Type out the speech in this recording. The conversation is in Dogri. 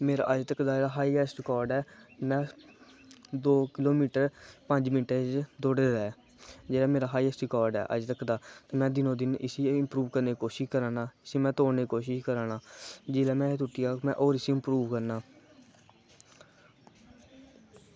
मेरा अज्ज तक दा हाईएस्ट रिकार्ड़ ऐ में दौ किलोमीटर पंज मिंट च दौड़े दा ऐ एह् मेरा हाईएस्ट रिकार्ड़ ऐ अज्जतक दा में दिनों दिन इसगी इम्प्रूव करने दी कोशिश करा करना इसी में तोड़ने दी कोशिश करा ना जेल्लै में उट्ठी जाह्ग में इसी होर इम्प्रूव करना